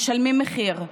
משלמים מחיר,